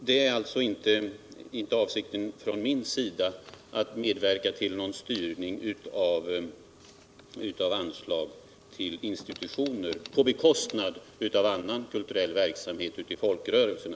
Min avsikt är alltså inte att medverka till en styrning av anslagen till institutioner på bekostnad av annan kulturell verksamhet inom folkrörelserna.